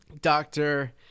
Doctor